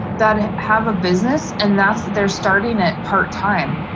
that have a business and that's they're starting it part time,